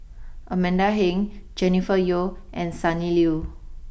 Amanda Heng Jennifer Yeo and Sonny Liew